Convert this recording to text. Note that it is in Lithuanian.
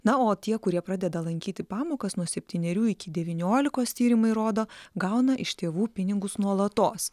na o tie kurie pradeda lankyti pamokas nuo septynerių iki devyniolikos tyrimai rodo gauna iš tėvų pinigus nuolatos